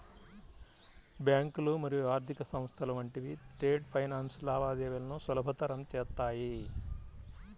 బ్యాంకులు మరియు ఆర్థిక సంస్థలు వంటివి ట్రేడ్ ఫైనాన్స్ లావాదేవీలను సులభతరం చేత్తాయి